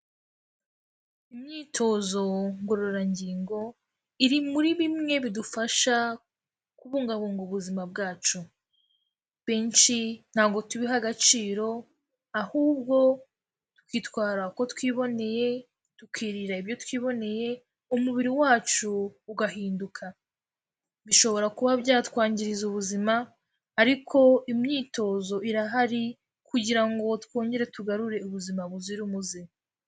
Imyitozo ngororangingo, iri muri bimwe bidufasha kubungabunga ubuzima bwacu, benshi ntabwo tubiha agaciro, ahubwo twitwara uko twiboneye, tukirira ibyo twiboneye, umubiri wacu ugahinduka, bishobora kuba byatwangiza ubuzima, ariko imyitozo irahari kugira ngo twongere tugarure ubuzima buzira umuze.